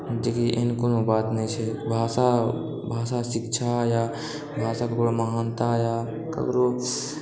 जेकि एहेन कोनो बात नहि छै भाषा भाषा शिक्षा या भाषा ककरो महानता या ककरो